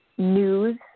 News